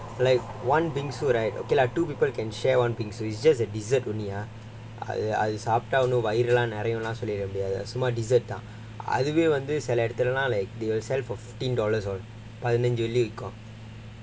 ya like one bingsu right okay lah two people can share one bingsu it's just a dessert only ah அது சாப்டா வயிறுலாம் நிறைநூலாம் சொல்லிட முடியாது:adhu saaptaa vayirulaam nirayanulaam sollida mudiyaathu they will sell for fifteen dollars பதினஞ்சு வெள்ளி விக்கும்:pathinanju velli vikkum